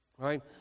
right